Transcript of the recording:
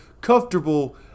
comfortable